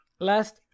Last